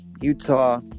Utah